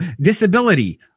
disability